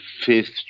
fifth